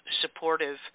supportive